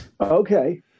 Okay